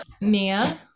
Mia